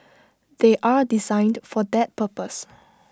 they are designed for that purpose